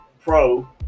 pro